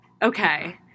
Okay